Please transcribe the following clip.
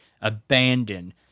abandoned